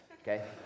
okay